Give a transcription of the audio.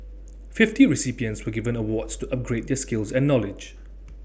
fifty recipients were given awards to upgrade their skills and knowledge